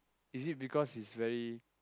is it because it's very